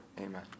amen